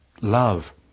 love